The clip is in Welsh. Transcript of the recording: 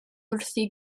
wrthi